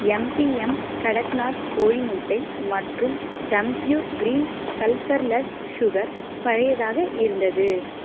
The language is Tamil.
எம்பிஎம் கடக்நாத் கோழி முட்டை மற்றும் தம்பூர் க்ரீன் சல்ஃபர்லெஸ் ஷுகர் பழையதாக இருந்தது